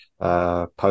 Post